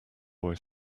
boy